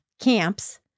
camps